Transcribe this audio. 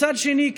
מצד שני,